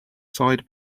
side